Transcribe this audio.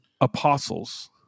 apostles